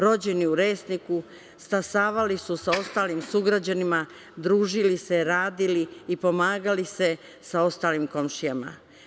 Rođeni u Resniku, stasavali su sa ostalim sugrađanima, družili se, radili i pomagali se sa ostalim komšijama.